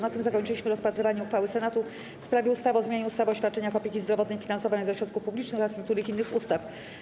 Na tym zakończyliśmy rozpatrywanie uchwały Senatu w sprawie ustawy o zmianie ustawy o świadczeniach opieki zdrowotnej finansowanych ze środków publicznych oraz niektórych innych ustaw.